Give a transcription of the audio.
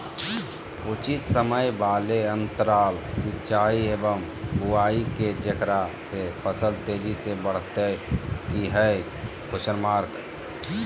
उचित समय वाले अंतराल सिंचाई एवं बुआई के जेकरा से फसल तेजी से बढ़तै कि हेय?